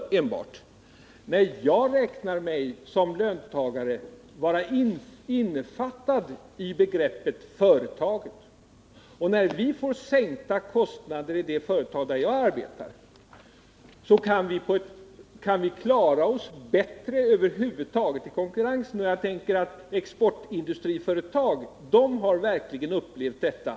Som löntagare räknar jag mig vara innefattad i begreppet företag. När vi får sänkta kostnader i det företag där jag arbetar, så kan vi klara oss bättre i konkurrensen över huvud taget. Jag föreställer mig att man inom exportindustriföretag verkligen har upplevt detta.